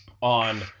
on